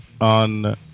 on